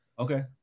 Okay